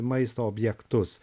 maisto objektus